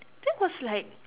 that was like